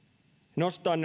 nostan